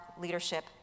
leadership